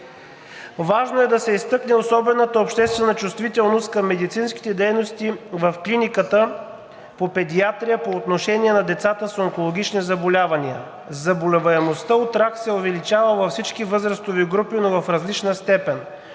Важно е да се изтъкне особената обществена чувствителност към медицинските дейности в Клиниката по педиатрия по отношение на децата с онкологични заболявания. Заболеваемостта от рак се увеличава във всички възрастови групи, но в различна степен.